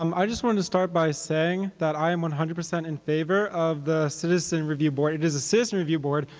um i just want to start by saying that i'm one hundred percent in favor of the citizen review board. it is a citizen review board,